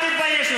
אתה תתבייש.